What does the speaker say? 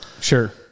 Sure